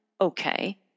okay